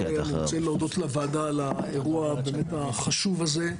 אני רוצה להודות לוועדה על האירוע החשוב הזה.